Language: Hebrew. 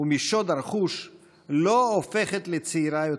ומשוד הרכוש לא הופכת לצעירה יותר.